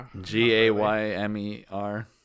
G-A-Y-M-E-R